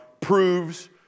proves